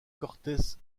cortes